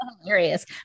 Hilarious